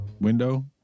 window